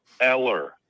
Eller